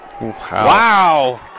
Wow